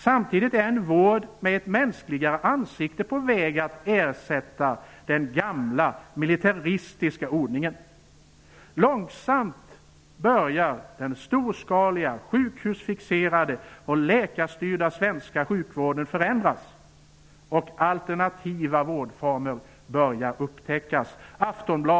Samtidigt är en vård med ett mänskligare ansikte på väg att ersätta den gamla, militäristiska ordningen. Långsamt börjar den storskaliga, sjukhusfixerade och läkarstyrda svenska sjukvården förändras, och alternativa vårdformer börjar upptäckas.